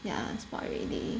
yeah spoil already